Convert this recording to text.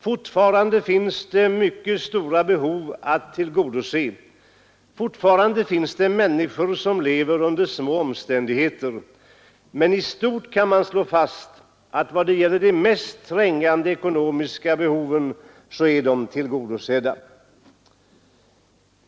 Fortfarande finns det mycket stora behov att tillgodose, fortfarande finns det människor som lever under små omständigheter. Men i stort sett kan man slå fast att de mest trängande ekonomiska behoven är tillgodosedda.